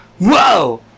Whoa